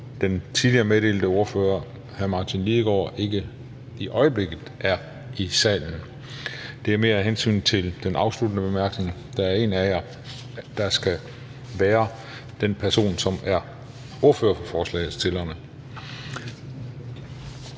den tidligere meddelte ordfører, hr. Martin Lidegaard, ikke i øjeblikket er i salen. Det er mere af hensyn til den afsluttende bemærkning; der er en af jer, der skal være den person, som er ordfører for forslagsstillerne.